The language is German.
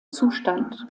zustand